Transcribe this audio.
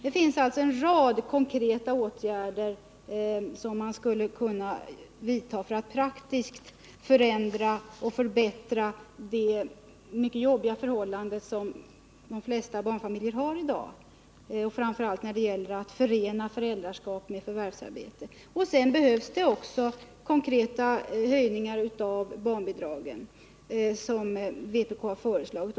Det finns alltså en rad konkreta åtgärder som skulle kunna vidtas för att praktiskt förbättra de mycket jobbiga förhållanden som de flesta barnfamiljer lever under i dag, framför allt när det gäller att förena föräldraskap med förvärvsarbete. Det behövs också konkreta höjningar av barnbidragen, som vpk föreslagit.